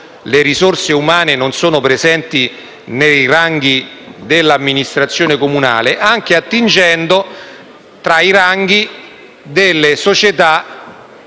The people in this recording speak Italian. Grazie,